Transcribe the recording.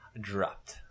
dropped